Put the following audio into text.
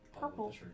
Purple